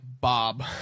Bob